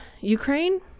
Ukraine